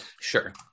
Sure